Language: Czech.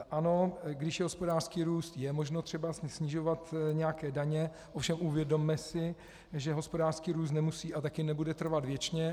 Ano, když je hospodářský růst, je možno třeba snižovat nějaké daně, ovšem uvědomme si, že hospodářský růst nemusí a také nebude trvat věčně.